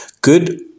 Good